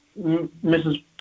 Mrs